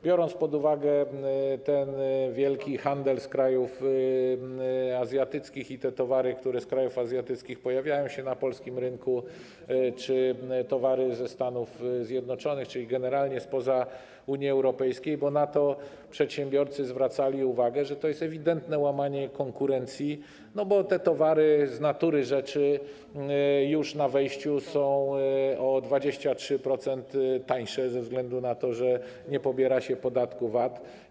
Biorąc pod uwagę wielki handel z krajów azjatyckich i towary z krajów azjatyckich, które pojawiają się na polskim rynku, czy towary ze Stanów Zjednoczonych, czyli generalnie spoza Unii Europejskiej, bo na to przedsiębiorcy zwracali uwagę, że to jest ewidentne łamanie konkurencji, bo te towary z natury rzeczy już na wejściu są o 23% tańsze ze względu na to, że nie pobiera się podatku VAT.